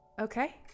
Okay